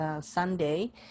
Sunday